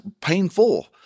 painful